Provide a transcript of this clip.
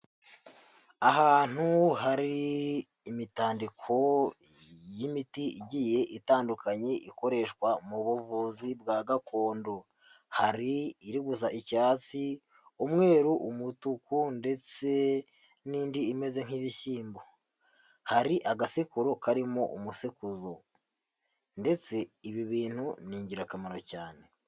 Ahantu hari imitandiko y'imiti igiye itandukanye ikoreshwa mu buvuzi bwa gakondo, hari iri gusa icyatsi, umweru, umutuku ndetse n'indi imeze nk'ibishyimbo, hari agasekuru karimo umusekuzo ndetse ibi bintu ni ingirakamaro cyane.